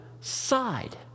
side